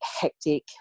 hectic